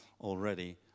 already